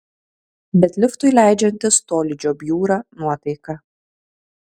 bet liftui leidžiantis tolydžio bjūra nuotaika